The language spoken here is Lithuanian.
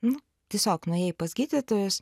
nu tiesiog nuėjai pas gydytojus